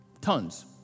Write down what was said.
tons